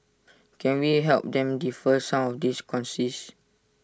can we help them defer some of these costs